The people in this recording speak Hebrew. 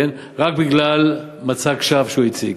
רק בגלל מצג שווא שהוא הציג.